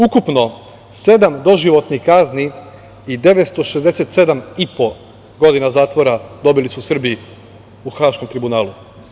Ukupno sedam doživotnih kazni i 967 i po godina zatvora, dobili su Srbi u Haškom tribunalu.